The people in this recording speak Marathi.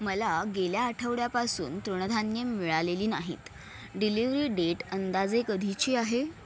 मला गेल्या आठवड्यापासून तृणधान्य मिळालेली नाहीत डिलिव्हरी डेट अंदाजे कधीची आहे